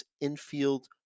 infield